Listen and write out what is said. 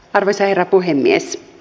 arvoisa herra puhemies